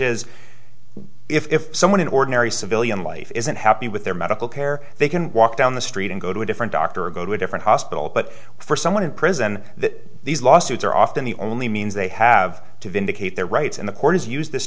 is if someone in ordinary civilian life isn't happy with their medical care they can walk down the street and go to a different doctor or go to a different hospital but for someone in prison that these lawsuits are often the only means they have to vindicate their rights and the court has used this